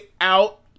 out